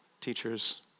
teachers